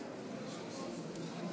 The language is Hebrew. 52, נמנעים,